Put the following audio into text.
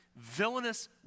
villainous